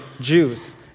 Jews